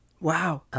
Wow